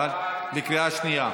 בקריאה השנייה.